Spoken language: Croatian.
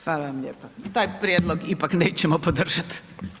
Hvala vam lijepo, taj prijedlog ipak nećemo podržat.